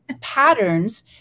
patterns